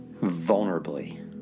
vulnerably